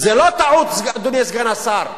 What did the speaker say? זו לא טעות, אדוני סגן השר,